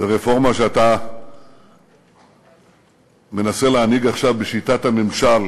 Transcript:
ורפורמה שאתה מנסה להנהיג עכשיו בשיטת הממשל